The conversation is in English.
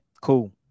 Cool